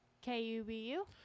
K-U-B-U